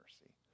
mercy